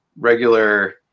regular